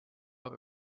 aga